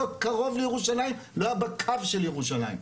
לא קרוב לירושלים לא היה בקו של ירושלים.